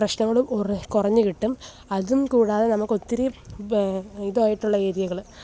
പ്രശ്നങ്ങളും കുറേ കുറഞ്ഞുകിട്ടും അതും കൂടാതെ നമുക്ക് ഒത്തിരി ഇതായിട്ടുള്ള ഏരിയകൾ